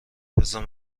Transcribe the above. بزار